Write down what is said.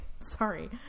sorry